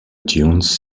dunes